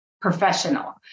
professional